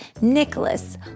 Nicholas